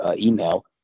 email